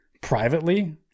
privately